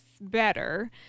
better